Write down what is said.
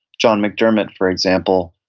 john mcdermott, for example,